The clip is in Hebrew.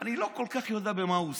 אני לא כל כך יודע במה הוא עוסק,